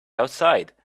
outside